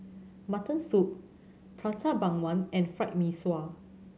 Mutton Soup Prata Bawang and Fried Mee Sua